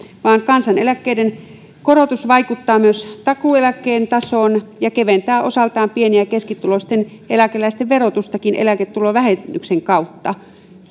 vaan kansaneläkkeiden korotus vaikuttaa myös takuueläkkeen tasoon ja keventää osaltaan pieni ja keskituloisten eläkeläisten verotustakin eläketulovähennyksen kautta